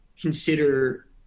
consider